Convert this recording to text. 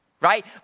right